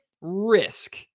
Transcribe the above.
risk